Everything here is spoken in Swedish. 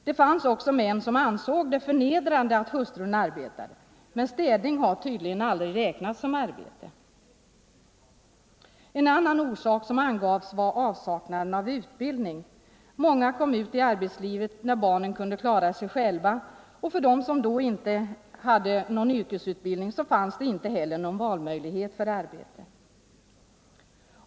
Det fanns också män som ansåg det förnedrande att hustrun arbetade, och städning räknas tydligen inte som arbete. En annan orsak som angavs var avsaknaden av utbildning. Många kom ut i arbetslivet när barnen kunde klara sig själva. De som Nr 120 inte hade någon yrkesutbildning hade då inte heller någon valmöjlighet Onsdagen den när det gällde yrke.